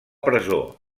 presó